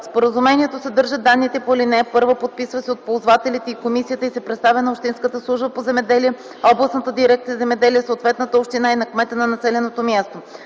Споразумението съдържа данните по ал. 1, подписва се от ползвателите и комисията и се представя на общинската служба по земеделие, областната дирекция „Земеделие” и съответната община и на кмета на населеното място.